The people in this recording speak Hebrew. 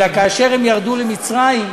אלא כאשר הם ירדו למצרים,